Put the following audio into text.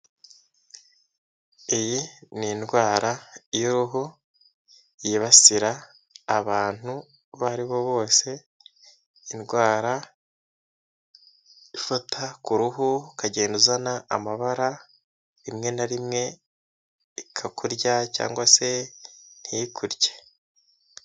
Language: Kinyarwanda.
Iyi ni indwara y'uruhu yibasira abantu abo aribo bose, indwara ifata ku ruhu ukagenda uzana amabara rimwe na rimwe ikakurya cyangwa se ntikurye.